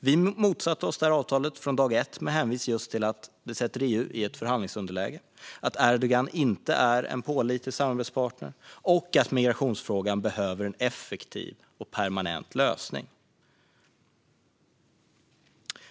Vi motsatte oss avtalet från dag ett med hänvisning just till att det sätter EU i ett förhandlingsunderläge, att Erdogan inte är en pålitlig samarbetspartner och att migrationsfrågan behöver en effektiv och permanent lösning.